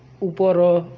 ଉପର